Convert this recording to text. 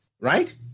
right